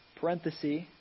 Parenthesis